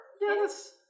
Yes